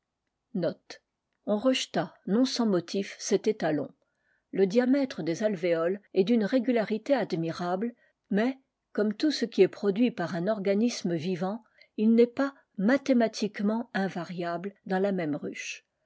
rejeta non sans motifs cet étalod le diamètre des alvéoles est d'une régularité admirable mais comme tout ce qui est produit par un organisme vivant il n'est mathématiquement invariable dans la même ruche